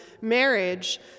marriage